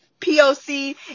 poc